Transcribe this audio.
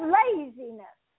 laziness